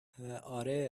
اره